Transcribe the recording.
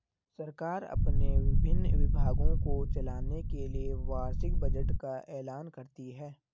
सरकार अपने विभिन्न विभागों को चलाने के लिए वार्षिक बजट का ऐलान करती है